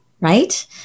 right